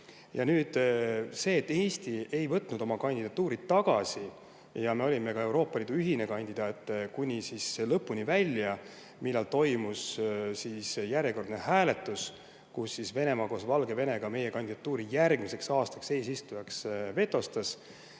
Nüüd, Eesti ei võtnud oma kandidatuuri tagasi ja me olime Euroopa Liidu ühine kandidaat kuni lõpuni välja, millal toimus järjekordne hääletus, kus Venemaa koos Valgevenega meie kandidatuuri järgmiseks aastaks vetostas.